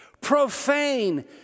profane